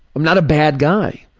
i'm not a bad guy.